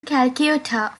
calcutta